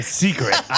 secret